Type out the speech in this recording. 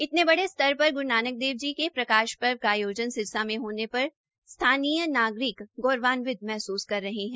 इतने बड़े स्तर पर ग्रू नानक देव जी के प्रकाश पर्व का आयोजन सिरसा में होने पर स्थानीय नागरिक गौरवान्वित महसूस कर रहे है